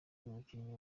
umukinnyi